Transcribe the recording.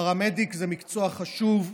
פרמדיק זה מקצוע חשוב,